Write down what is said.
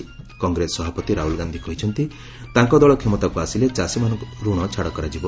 ଚକଗ୍ରେସ ସଭାପତି ରାହୁଲ ଗାନ୍ଧି କହିଛନ୍ତି ତାଙ୍କ ଦଳ କ୍ଷମତାକୁ ଆସିଲେ ଚାଷୀମାନଙ୍କ ଋଣ ଛାଡ଼ କରାଯିବ